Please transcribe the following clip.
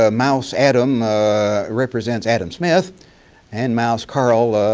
ah mouse adam represents adam smith and mouse karl,